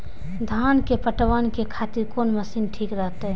धान के पटवन के खातिर कोन मशीन ठीक रहते?